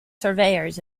surveyors